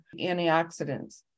antioxidants